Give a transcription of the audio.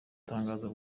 tangazo